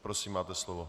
Prosím, máte slovo.